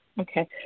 Okay